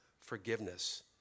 forgiveness